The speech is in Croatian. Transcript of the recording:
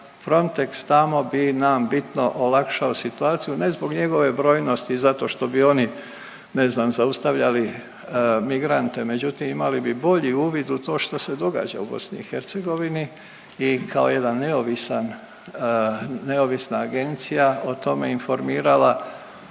Frontex tamo bi nam bitno olakšao situaciju, ne zbog njegove brojnosti i zato što bi oni, ne znam, zaustavljali migrante, međutim, imali bi bolji uvid u to što se događa u BiH i kao jedan neovisan, neovisna agencija o tome informirala